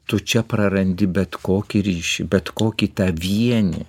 tu čia prarandi bet kokį ryšį bet kokį tą vienį